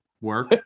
work